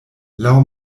laŭ